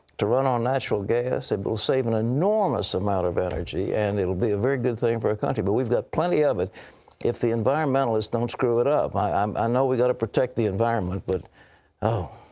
to run on natural gas. and it will save an enormous amount of energy, and it will be a very good thing for our country. but weve got plenty of it if the environmentalists dont screw it up. i um i know weve got to protect the environment, but oh.